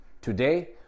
Today